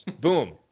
Boom